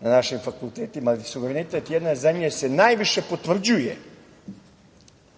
na našim fakultetima, suverenitet jedne zemlje se najviše potvrđuje